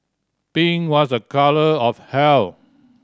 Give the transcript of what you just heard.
pink was a colour of health